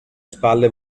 spalle